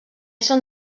són